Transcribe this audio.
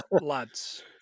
lads